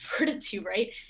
right